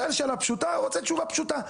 שואל שאלה פשוטה, רוצה תשובה פשוטה.